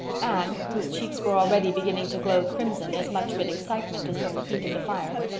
anne, whose cheeks were already beginning to glow crimson, as much with excitement as from the heat of the fire,